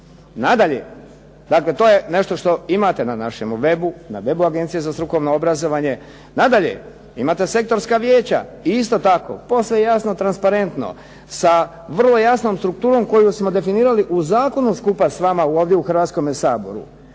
Nadalje, dakle to je nešto što imate na našem web-u na web-u Agencije za strukovno obrazovanje. Nadalje, imate sektorska vijeća. I isto tako posve je jasno transparentno sa vrlo jasnom strukturom koju smo definirali u zakonu skupa s vama ovdje u Hrvatskom saboru.